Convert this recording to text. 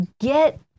get